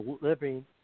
living